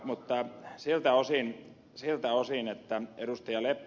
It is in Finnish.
mutta siltä osin ed